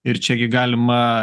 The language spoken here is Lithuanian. ir čiagi galima